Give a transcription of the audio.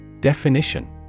Definition